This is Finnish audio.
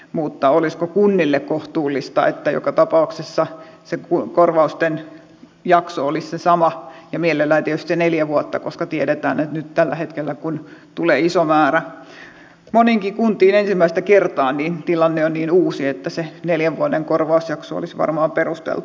mutta olisiko kunnille kohtuullista että joka tapauksessa se korvausten jakso olisi se sama ja mielellään tietysti neljä vuotta koska tiedetään että nyt tällä hetkellä kun tulee iso määrä moniinkin kuntiin ensimmäistä kertaa tilanne on niin uusi että se neljän vuoden korvausjakso olisi varmaan perusteltu